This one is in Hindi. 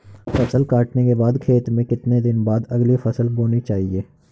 फसल काटने के बाद खेत में कितने दिन बाद अगली फसल बोनी चाहिये?